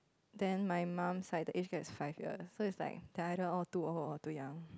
then my mum's side the age gap is five years so it's like they either all too old or too young